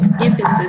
emphasis